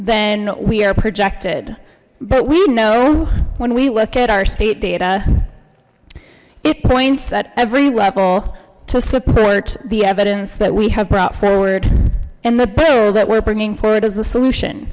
than we are projected but we know when we look at our state data it points at every level to support the evidence that we have brought forward in the bill that we're bringing forward as a solution